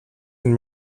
and